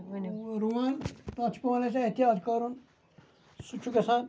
رُہَن تَتھ چھُ پیٚوان اَسہِ احتِیاط کَرُن سُہ چھُ گَژھان